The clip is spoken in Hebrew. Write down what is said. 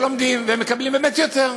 שלומדים ומקבלים באמת יותר.